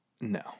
No